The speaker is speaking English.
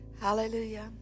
Hallelujah